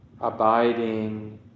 abiding